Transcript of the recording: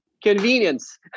Convenience